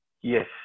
Yes